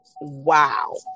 wow